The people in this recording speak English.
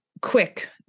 quick